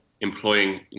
employing